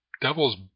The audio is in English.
Devil's